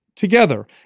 together